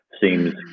seems